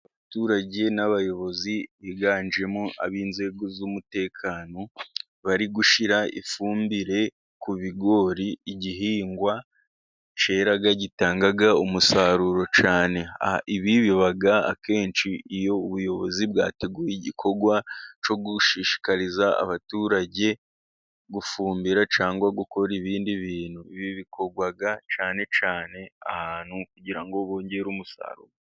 Abaturage n'abayobozi biganjemo ab'inzego z'umutekano, bari gushyira ifumbire ku bigori, igihingwa kera ,gitanga umusaruro cyane. Ibi biba akenshi iyo ubuyobozi bwateguye igikorwa, cyo gushishikariza abaturage gufumbira cyane ,gukora ibindi bintu bikorwa cyane cyane ahantu kugira ngo bongere umusaruro.